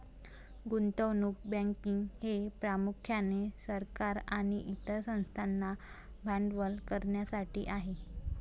गुंतवणूक बँकिंग हे प्रामुख्याने सरकार आणि इतर संस्थांना भांडवल करण्यासाठी आहे